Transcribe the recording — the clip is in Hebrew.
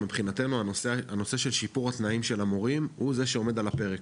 מבחינתנו הנושא של שיפור התנאים של המורים הוא זה שעומד על הפרק,